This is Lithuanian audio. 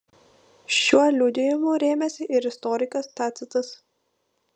šiuo liudijimu rėmėsi ir istorikas tacitas